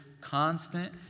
constant